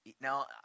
Now